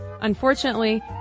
Unfortunately